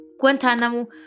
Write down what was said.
Guantanamo